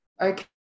okay